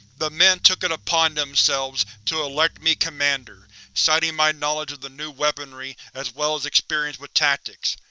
the men took it upon themselves to elect me commander, citing my knowledge of the new weaponry as well as experience with tactics.